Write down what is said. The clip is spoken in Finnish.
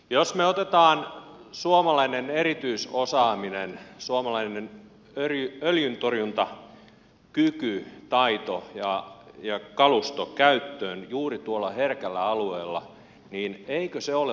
jos me otamme suomalaisen erityisosaamisen suomalaisen öljyntorjuntakyvyn taidon ja kaluston käyttöön juuri tuolla herkällä alueella eikö se ole vastuullista politiikkaa